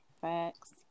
facts